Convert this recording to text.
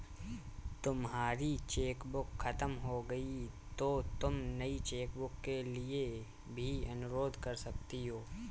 तुम्हारी चेकबुक खत्म हो गई तो तुम नई चेकबुक के लिए भी अनुरोध कर सकती हो